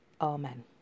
Amen